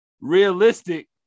realistic